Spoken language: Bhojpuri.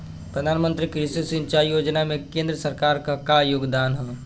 प्रधानमंत्री कृषि सिंचाई योजना में केंद्र सरकार क का योगदान ह?